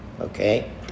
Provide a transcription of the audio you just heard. okay